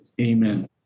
amen